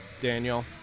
Daniel